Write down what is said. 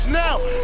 now